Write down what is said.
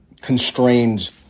constrained